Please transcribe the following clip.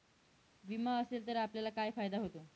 विमा असेल तर आपल्याला काय फायदा होतो?